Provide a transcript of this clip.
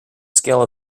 scale